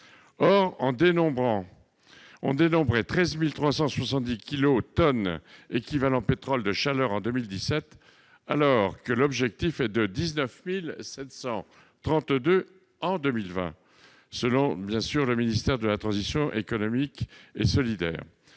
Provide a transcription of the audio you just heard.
Or on dénombrait 13 370 kilotonnes équivalent pétrole de chaleur en 2017, alors que l'objectif est de 19 732 en 2020, selon le ministère de la transition écologique et solidaire.